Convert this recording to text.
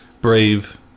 brave